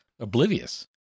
oblivious